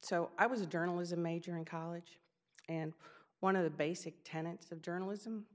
so i was a journalism major in college and one of the basic tenets of journalism